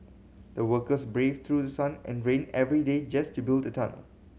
the workers braved through sun and rain every day just to build the tunnel